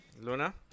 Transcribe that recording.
Luna